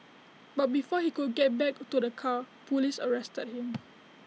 but before he could get back to the car Police arrested him